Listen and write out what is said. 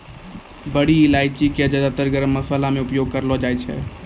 बड़ी इलायची कॅ ज्यादातर गरम मशाला मॅ उपयोग करलो जाय छै